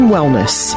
Wellness